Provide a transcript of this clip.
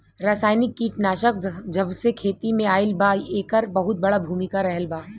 रासायनिक कीटनाशक जबसे खेती में आईल बा येकर बहुत बड़ा भूमिका रहलबा